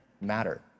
matter